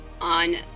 on